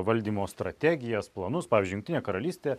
valdymo strategijas planus pavyzdžiui jungtinė karalystė